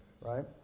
right